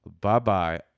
Bye-bye